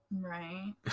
Right